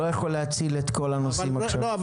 אני לא יכול להציל את כל הנושאים עכשיו.